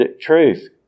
truth